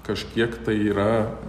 kažkiek tai yra